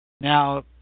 Now